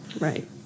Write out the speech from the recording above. Right